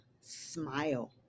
smile